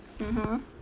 (uh huh)